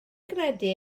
gredu